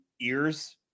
ears